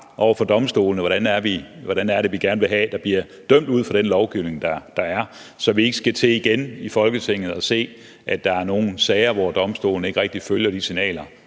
over for domstolene, hvordan det er, vi gerne vil have der bliver dømt ud fra den lovgivning, der er, så vi ikke skal til igen i Folketinget at se, at der er sager, hvor domstolene ikke rigtig følger de signaler,